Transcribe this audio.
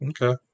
Okay